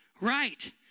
right